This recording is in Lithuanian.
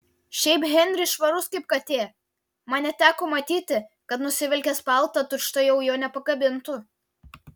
šiaip henris švarus kaip katė man neteko matyti kad nusivilkęs paltą tučtuojau jo nepakabintų